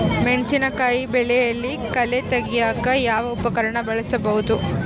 ಮೆಣಸಿನಕಾಯಿ ಬೆಳೆಯಲ್ಲಿ ಕಳೆ ತೆಗಿಯಾಕ ಯಾವ ಉಪಕರಣ ಬಳಸಬಹುದು?